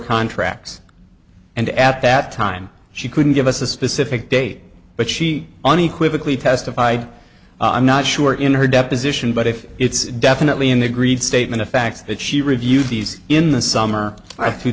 contracts and at that time she couldn't give us a specific date but she unequivocally testified i'm not sure in her deposition but if it's definitely an agreed statement of fact that she reviewed these in the summer i have two